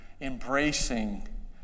embracing